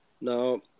Now